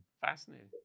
Fascinating